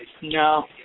No